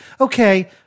Okay